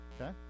Okay